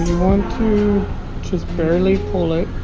want to just barely pull it